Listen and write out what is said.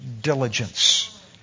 diligence